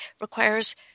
requires